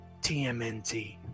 TMNT